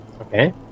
Okay